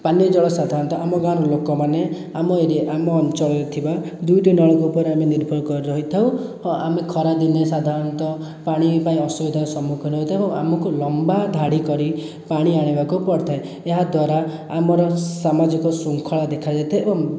ପାନୀୟ ଜଳ ସାଧାରଣତଃ ଆମ ଗାଁରେ ଲୋକମାନେ ଆମ ଏରିଆ ଆମ ଅଞ୍ଚଳରେ ଥିବା ଦୁଇଟି ନଳକୂପରେ ଆମେ ନିର୍ଭର କରି ରହିଥାଉ ଓ ଆମେ ଖରା ଦିନେ ସାଧରଣତଃ ପାଣି ପାଇଁ ଅସୁବିଧାର ସମ୍ମୁଖୀନ ହୋଇଥାଉ ଆମକୁ ଲମ୍ବା ଧାଡ଼ି କରି ପାଣି ଆଣିବାକୁ ପଡ଼ିଥାଏ ଏହା ଦ୍ୱାରା ଆମର ସାମାଜିକ ଶୃଙ୍ଖଳା ଦେଖାଯାଇଥାଏ ଏବଂ